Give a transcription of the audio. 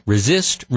Resist